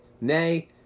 Nay